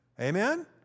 Amen